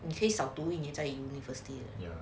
the face of doing it a university